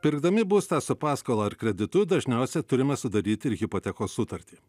pirkdami būstą su paskola ar kreditu dažniausiai turime sudaryti ir hipotekos sutartį